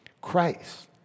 Christ